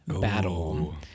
battle